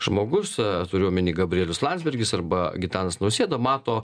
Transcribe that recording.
žmogus turiu omeny gabrielius landsbergis arba gitanas nausėda mato